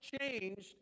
changed